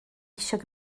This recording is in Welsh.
eisiau